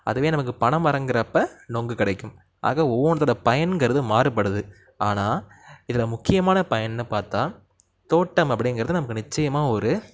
அதுவே நமக்கு பனை மரங்கிற அப்போ நொங்கு கிடைக்கும் ஆக ஒவ்வொன்றுத்தோட பயன்கிறது மாறுபடுது ஆனால் இதில் முக்கியமான பயன்னு பார்த்தா தோட்டம் அப்படிங்கிறது நமக்கு நிச்சயமாக ஒரு